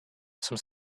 some